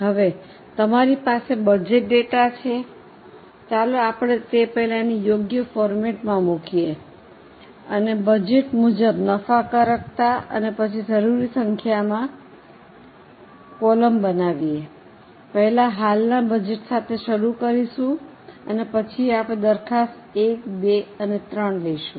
તેથી તમારી પાસે બજેટ ડેટા છે ચાલો આપણે પહેલા તેને યોગ્ય ફોર્મેટમાં મૂકીએ અને બજેટ મુજબ નફાકારકતા અને પછી જરૂરી સંખ્યામાં કૉલમ બનાવીએ પહેલા હાલના બજેટ સાથે શરૂ કરીશું અને પછી અમે દરખાસ્ત 1 2 3 લઈશું